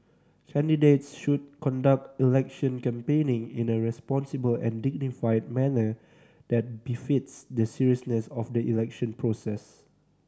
candidates should conduct election campaigning in a responsible and dignified manner that befits the seriousness of the election process